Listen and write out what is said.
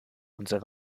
unser